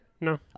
No